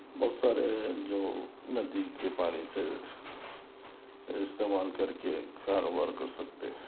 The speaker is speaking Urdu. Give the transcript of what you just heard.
بہت سارے ہیں جو ندی کے پانی سے استعمال کر کے کاروبار کر سکتے